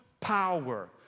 power